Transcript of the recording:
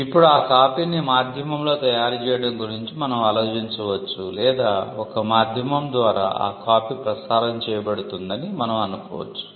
ఇప్పుడు ఆ కాపీని మాధ్యమంలో తయారు చేయడం గురించి మనం ఆలోచించవచ్చు లేదా ఒక మాధ్యమం ద్వారా ఆ కాపీ ప్రసారం చేయబడుతుందని మనం అనుకోవచ్చు